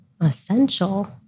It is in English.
essential